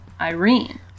Irene